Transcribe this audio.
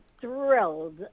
thrilled